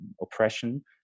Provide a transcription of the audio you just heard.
oppression